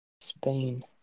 Spain